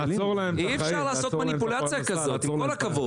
אי-אפשר לעשות מניפולציה הזאת, עם כל הכבוד.